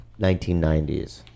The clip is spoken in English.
1990s